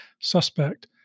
suspect